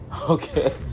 okay